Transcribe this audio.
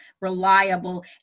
reliable